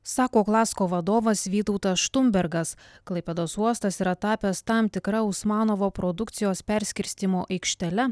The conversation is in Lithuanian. sako klasko vadovas vytautas štumbergas klaipėdos uostas yra tapęs tam tikra usmanovo produkcijos perskirstymų aikštele